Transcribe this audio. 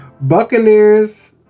Buccaneers